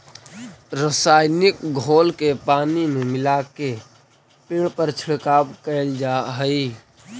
रसायनिक घोल के पानी में मिलाके पेड़ पर छिड़काव कैल जा हई